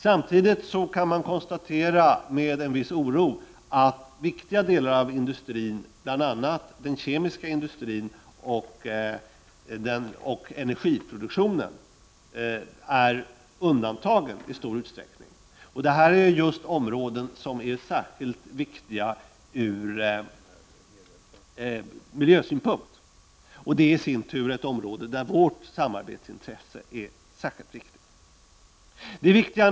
Samtidigt kan man med en viss oro konstatera att viktiga delar av industrin, bl.a. den kemiska industrin och energiproduktionen, i stor utsträckning är undantagen. Detta är områden som är särskilt viktiga ur miljösynpunkt. Och det i sin tur är ett område där vårt samarbetsintresse är särskilt viktigt.